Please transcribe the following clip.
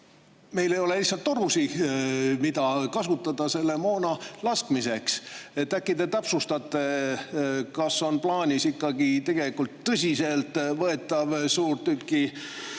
Meil ei ole lihtsalt torusid, mida kasutada selle moona laskmiseks. Äkki te täpsustate, kas on plaanis ikkagi meile luua tõsiseltvõetav suurtükivõimekus